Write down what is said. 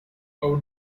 how